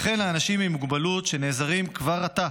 וכן לאנשים עם מוגבלות שנעזרים כבר עתה